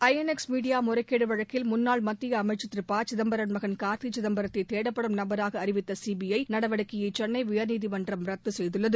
INX media முறைகேடு வழக்கில் முன்னாள் மத்திய அமைச்சர் திரு ப சிதம்பரத்தின் மகன் கார்த்தி சிதம்பரத்தை தேடப்படும் நபராக அறிவித்த சீபிஐ நடவடிக்கையை சென்னை உயர்நீதிமன்றம் ரத்து செய்துள்ளது